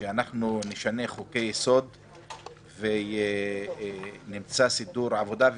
אנחנו נשנה חוקי יסוד ונעשה סידור עבודה.